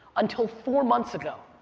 until four months ago,